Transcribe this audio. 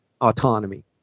Autonomy